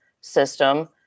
system